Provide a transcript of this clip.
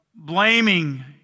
Blaming